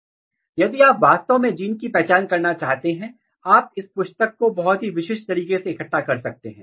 अब यदि आप वास्तव में जीन की पहचान करना चाहते हैं आप इस पुस्तक को बहुत ही विशिष्ट तरीके से इकट्ठा कर सकते हैं